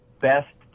best